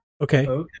Okay